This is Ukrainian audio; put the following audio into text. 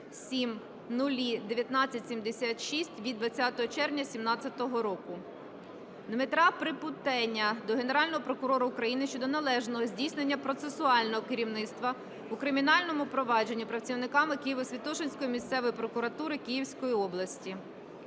від 20 червня 2017 року. Дмитра Припутеня до Генерального прокурора України щодо неналежного здійснення процесуального керівництва у кримінальному провадженні працівниками Києво-Святошинської місцевої прокуратури Київської області.